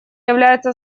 является